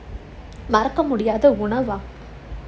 மறக்க முடியாத உணவா:maraka mudiyaatha unavaa